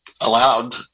allowed